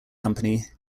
company